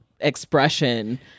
expression